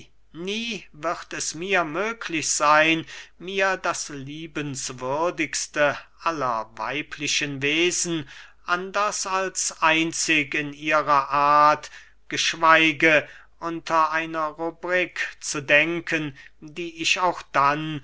nie wird es mir möglich seyn mir das liebenswürdigste aller weiblichen wesen anders als einzig in ihrer art geschweige unter einer rubrik zu denken die ich auch dann